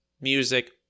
Music